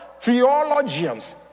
theologians